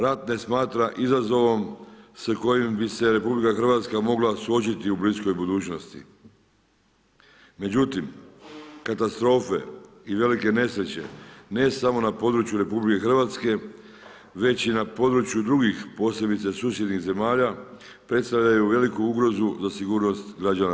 Rat ne smatra izazovom sa kojim bi se RH mogla suočiti u bliskoj budućnosti, međutim katastrofe i velike nesreće ne samo na području Republike Hrvatske već i na području drugih posebice susjednih zemalja predstavljaju veliku ugrozu za sigurnost građana